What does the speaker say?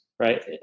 right